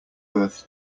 birth